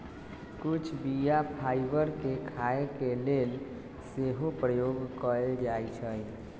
कुछ बीया फाइबर के खाय के लेल सेहो प्रयोग कयल जाइ छइ